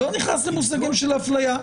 לא נכנס למושגים של אפליה.